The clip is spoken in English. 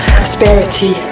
prosperity